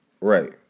Right